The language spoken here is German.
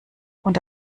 und